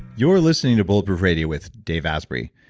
you are listening to bulletproof radio with dave asprey.